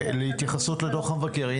התייחסות לדוח המבקר.